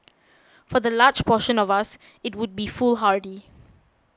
for the large portion of us it would be foolhardy